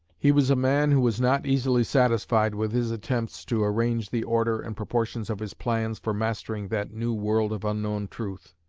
he was a man who was not easily satisfied with his attempts to arrange the order and proportions of his plans for mastering that new world of unknown truth,